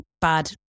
bad